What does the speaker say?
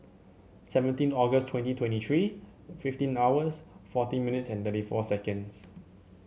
seventeen August twenty twenty three fifteen hours forty minutes and thirty four seconds